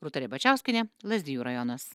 rūta ribačiauskienė lazdijų rajonas